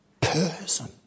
person